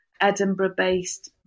Edinburgh-based